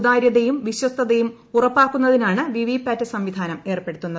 സുതാര്യതയും വിശ്വസ്തൃത്യും ്ഉറപ്പാക്കുന്നതിനാണ് വിവിപാറ്റ് സംവിധാനം ഏർപ്പെടുത്തുന്നത്